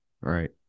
Right